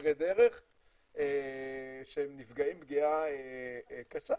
ישרי דרך שהם נפגעים פגיעה קשה,